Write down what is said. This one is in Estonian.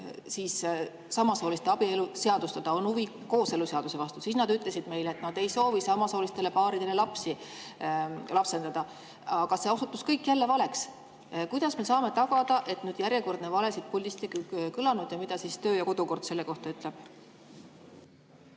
huvi samasooliste abielu seadustada, on huvi kooseluseaduse vastu? Siis nad ütlesid meile, et nad ei soovi samasoolistele paaridele lapsi lapsendada, aga see osutus kõik valeks. Kuidas me saame tagada, et nüüd järjekordne vale siit puldist ei kõlanud? Ja mida kodu- ja töökord selle kohta ütleb?